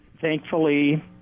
Thankfully